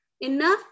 enough